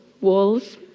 walls